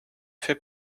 fait